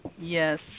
Yes